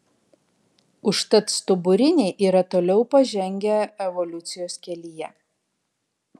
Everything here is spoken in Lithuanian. užtat stuburiniai yra toliau pažengę evoliucijos kelyje